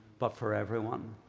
but for everyone.